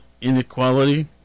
inequality